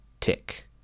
Tick